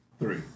Three